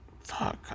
Fuck